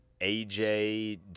AJ